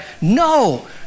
no